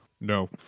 No